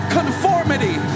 conformity